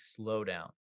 slowdown